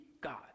God